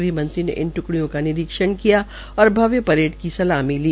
गृहमंत्री ने इन ट्कडिय़ों का निरीक्षण किया और भव्य परेड की सलामी ली